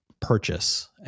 purchase